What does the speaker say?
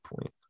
point